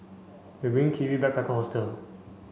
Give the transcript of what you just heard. the Green Kiwi Backpacker Hostel